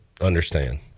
understand